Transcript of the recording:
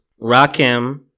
Rakim